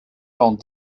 quand